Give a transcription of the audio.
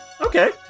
Okay